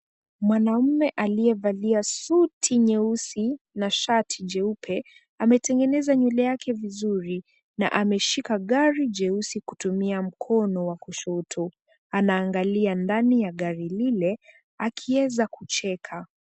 Mwanamume aliyevalia suti nyeusi na shati jeupe, ametengeneza nywele yake vizuri na ameshika gari jeusi kutumia mkono wa kushoto. Anaangalia ndani ya gari lile akiweza kucheka.